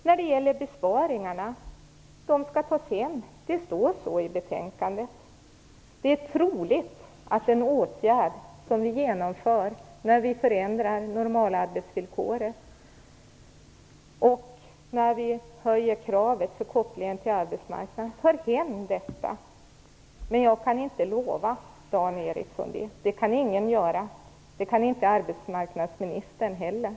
När det gäller besparingarna står det i betänkandet att de så att säga skall tas hem. Det är troligt att en åtgärd för att förändra normalarbetsvillkoren blir att vi, när vi höjer kravet beträffande kopplingen till arbetsmarknaden, tar hem detta. Men jag kan inte ge Dan Ericsson något löfte. Det kan ingen göra. Det kan alltså inte heller arbetsmarknadsministern göra.